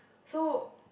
so